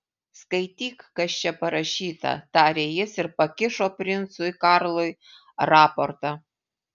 skaityk kas čia parašyta tarė jis ir pakišo princui karlui raportą